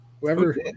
Whoever